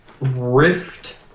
Rift